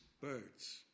birds